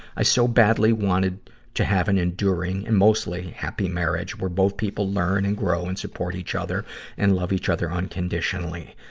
i so badly wanted to have an enduring and mostly happy marriage, where bother people learn and grow and support each other and love each other unconditionally.